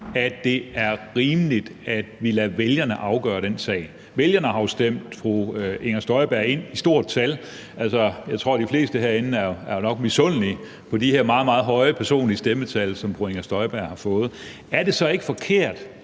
at det er rimeligt, at vi lader vælgerne afgøre den sag? Vælgerne har jo stemt fru Inger Støjberg ind med et stort antal stemmer – jeg tror, de fleste herinde nok er misundelige på de her meget, meget høje personlige stemmetal, som fru Inger Støjberg har fået. Er det så ikke forkert,